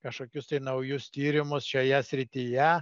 kažkokius tai naujus tyrimus šioje srityje